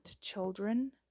children